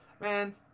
Man